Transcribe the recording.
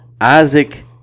Isaac